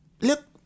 look